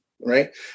right